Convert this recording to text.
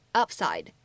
upside